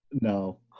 No